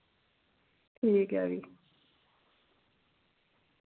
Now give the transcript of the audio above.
ठीक ऐ फ्ही